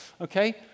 okay